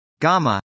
gamma